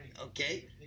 Okay